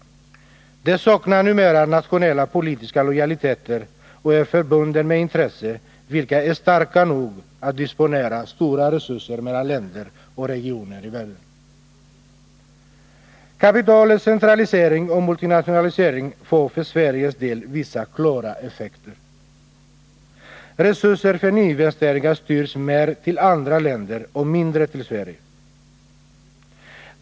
Den saknar numera nationella politiska lojaliteter och är förbunden med intressen, vilka är starka nog att disponera stora resurser mellan länder och regioner i världen. Kapitalets centralisering och multinationalisering får för Sveriges del vissa klara effekter. Resurser för nyinvesteringar styrs mer till andra länder och mindre till Sverige.